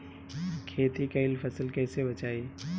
खेती कईल फसल कैसे बचाई?